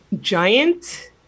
giant